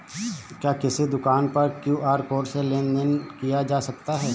क्या किसी दुकान पर क्यू.आर कोड से लेन देन देन किया जा सकता है?